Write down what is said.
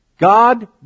God